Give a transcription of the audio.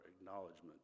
acknowledgement